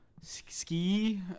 Ski